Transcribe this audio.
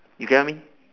you get what I mean